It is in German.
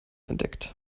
entdeckt